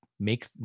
make